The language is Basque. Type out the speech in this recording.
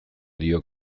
dio